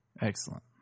Excellent